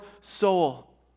soul